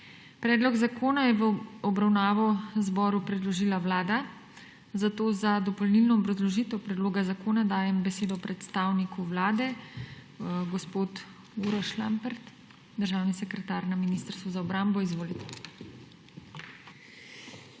Predlog zakona je v obravnavo Državnemu zboru predložila Vlada, zato za dopolnilno obrazložitev predloga zakona dajem besedo predstavniku Vlade. Gospod Uroš Lampret, državni sekretar na Ministrstvu za obrambo, izvolite.